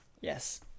yes